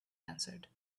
answered